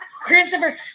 Christopher